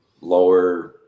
lower